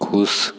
खुश